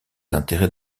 intérêts